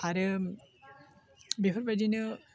आरो बेफोर बायदिनो